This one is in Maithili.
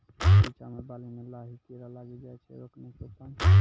रिचा मे बाली मैं लाही कीड़ा लागी जाए छै रोकने के उपाय?